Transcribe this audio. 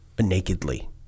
nakedly